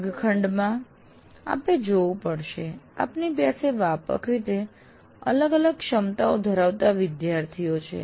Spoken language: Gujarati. વર્ગખંડમાં આપે જોવું પડશેઆપની પાસે વ્યાપક રીતે અલગ અલગ ક્ષમતાઓ ધરાવતા વિદ્યાર્થીઓ છે